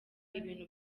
ibintu